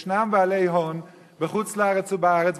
ישנם בעלי הון בחוץ-לארץ ובארץ,